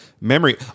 memory